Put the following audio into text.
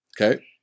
Okay